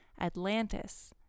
Atlantis